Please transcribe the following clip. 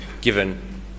given